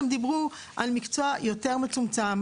הם דיברו על מקצוע יותר מצומצם,